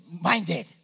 minded